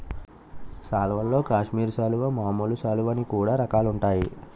సాల్వల్లో కాశ్మీరి సాలువా, మామూలు సాలువ అని కూడా రకాలుంటాయి